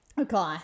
Okay